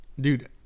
dude